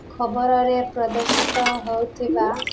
ଖବରରେ ପ୍ରଦର୍ଶିତ ହେଉଥିବା